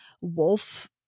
wolf